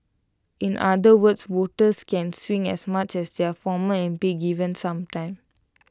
in other words voters can swing as much as their former M P given some time